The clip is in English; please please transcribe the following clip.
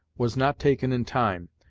was not taken in time,